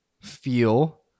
feel